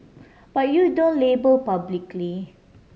but you don't label publicly